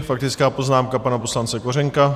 Faktická poznámka pana poslance Kořenka.